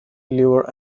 liver